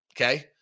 Okay